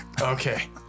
Okay